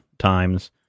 times